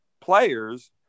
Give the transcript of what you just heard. players